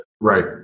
right